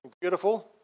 beautiful